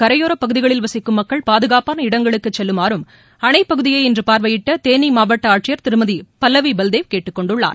கரையோரப் பகுதிகளில் வசிக்கும் மக்கள் பாதுகாப்பான இடங்களுக்கு செல்லுமாறும் அணைப்பகுதியை இன்று பார்வையிட்ட தேனி மாவட்ட ஆட்சியர் திருமதி பல்லவி பல்தேவ் கேட்டுக் கொண்டுள்ளார்